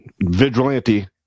vigilante